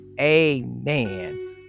Amen